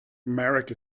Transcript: marek